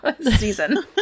Season